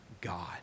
God